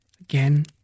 Again